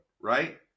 right